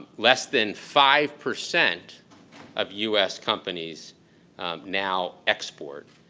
less than five percent of us companies now export.